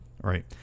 Right